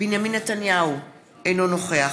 בנימין נתניהו, אינו נוכח